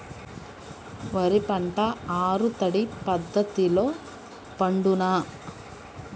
వరి పంట ఆరు తడి పద్ధతిలో పండునా?